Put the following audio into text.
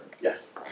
Yes